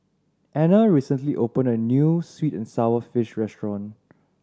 Anner recently opened a new sweet and sour fish restaurant